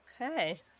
Okay